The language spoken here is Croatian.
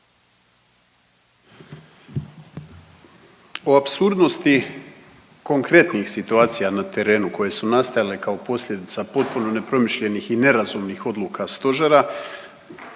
O apsurdnosti konkretnih situacija na terenu koje su nastajale kao posljedica potpuno nepromišljenih i nerazumnih odluka stožera